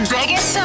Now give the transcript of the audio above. Biggest